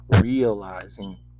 realizing